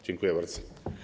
Dziękuję bardzo.